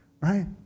Right